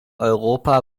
europa